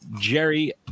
Jerry